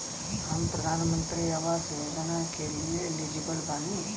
हम प्रधानमंत्री आवास योजना के लिए एलिजिबल बनी?